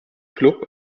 klub